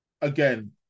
again